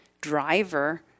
driver